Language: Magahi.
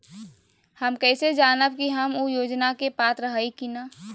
हम कैसे जानब की हम ऊ योजना के पात्र हई की न?